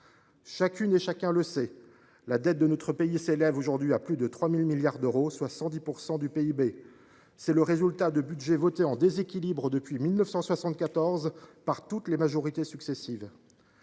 chacune et chacun le sait, la dette de notre pays s’élève aujourd’hui à plus de 3 000 milliards d’euros, soit 110 % du PIB. C’est le résultat de budgets votés en déséquilibre depuis 1974 par toutes les majorités successives.